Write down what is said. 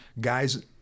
guys